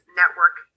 network